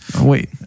Wait